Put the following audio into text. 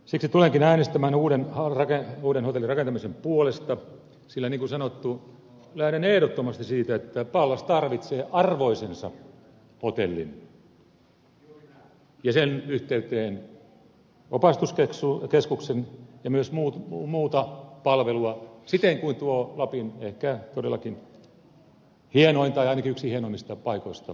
siksi tulenkin äänestämään uuden hotellin rakentamisen puolesta sillä niin kuin sanottu lähden ehdottomasti siitä että pallas tarvitsee arvoisensa hotellin ja sen yhteyteen opastuskeskuksen ja myös muuta palvelua siten kuin tuo lapin ehkä todellakin hienoin tai ainakin yksi hienoimmista paikoista ansaitsee